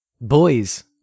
Boys